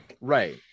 Right